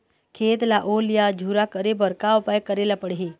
खेत ला ओल या झुरा करे बर का उपाय करेला पड़ही?